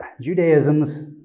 Judaism's